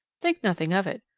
think nothing of it.